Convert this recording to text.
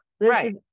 right